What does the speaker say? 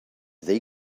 they